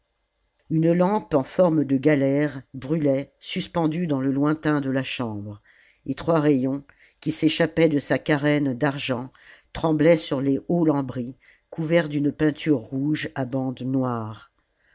une lampe en forme de galère brûlait suspendue dans le lointain de la chambre et trois rayons qui s'échappaient de sa carène d'argent tremblaient sur les hauts lambris couverts d'une peinture rouge à bandes noires